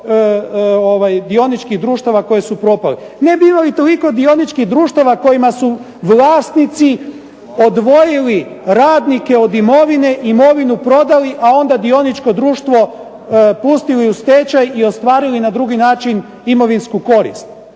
ne bi imali toliko dioničkih društava koji su propali, ne bi imali toliko dioničkih društava kojima su vlasnici odvojili radnike od imovine, imovinu prodali, a onda dioničko društvo pustili u stečaj i ostvarili na drugi način imovinsku korist.